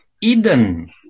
Eden